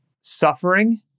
suffering